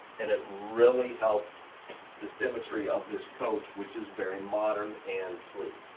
and it really helps the symmetry of this coach, which is very modern and sleek.